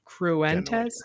Cruentes